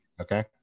okay